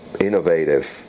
innovative